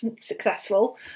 successful